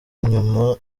nyuma